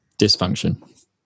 dysfunction